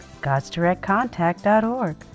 godsdirectcontact.org